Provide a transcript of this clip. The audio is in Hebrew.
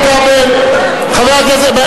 רבותי, חבר הכנסת כבל.